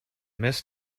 mrs